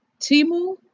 Timu